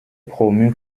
promu